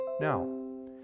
now